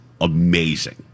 amazing